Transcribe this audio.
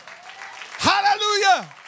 hallelujah